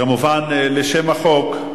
כמובן, לשם החוק,